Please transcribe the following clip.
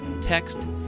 text